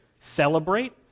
celebrate